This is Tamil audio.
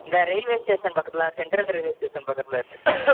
இந்த ரெயில்வே ஸ்டேஷன் பக்கத்தில் தான் சென்ட்ரல் ரெயில்வே ஸ்டேஷன் பக்கத்தில் இருக்கேன் சார்